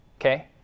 okay